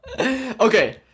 Okay